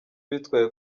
bitwaye